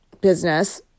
business